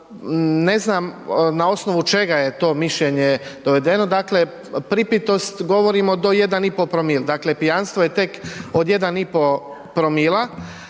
ne znam na osnovu čega je to mišljenje doveden, dakle, pripitost govorimo do 1,5 promil, dakle, pijanstvo je tek od 1,5 promila